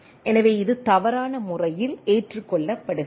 எனவே இது தவறான முறையில் ஏற்றுக்கொள்ளப்படுகிறது